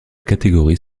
catégorie